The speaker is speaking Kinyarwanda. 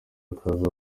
akaza